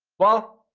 well,